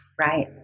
Right